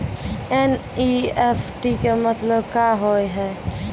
NEFT के मतलब का होव हेय?